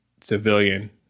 civilian